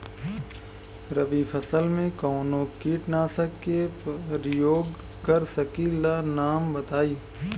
रबी फसल में कवनो कीटनाशक के परयोग कर सकी ला नाम बताईं?